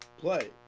play